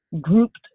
grouped